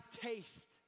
taste